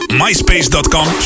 myspace.com